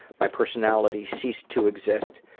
my personality ceased to exist